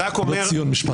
לא ציון במשפט תיפדה.